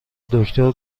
دکتر